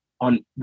on